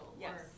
Yes